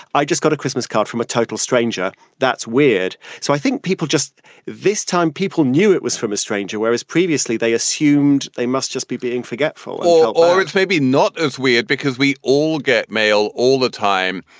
i just got a christmas card from a total stranger. that's weird. so i think people just this time people knew it was from a stranger, whereas previously they assumed they must just be being forgetful or it's maybe not as weird because we all get mail all the time,